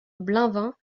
bleunven